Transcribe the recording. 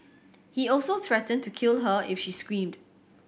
he also threatened to kill her if she screamed